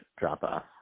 drop-off